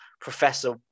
Professor